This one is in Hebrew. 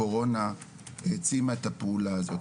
הקורונה העצימה את הפעולה הזאת.